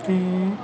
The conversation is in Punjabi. ਕਿ